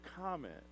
comment